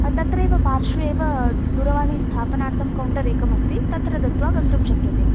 तत्रैव पार्श्वे एव दूरवाणीस्थापनार्थं कौण्टर् एकमस्ति तत्र दत्वा गन्तुं शक्यते